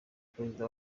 perezida